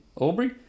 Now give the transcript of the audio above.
Albury